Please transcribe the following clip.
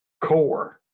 core